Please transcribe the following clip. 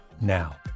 now